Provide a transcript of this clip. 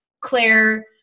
Claire